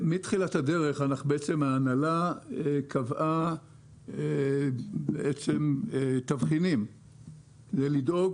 מתחילת הדרך ההנהלה קבעה תבחינים כדי לדאוג